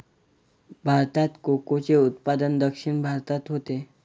भारतात कोकोचे उत्पादन दक्षिण भारतात होते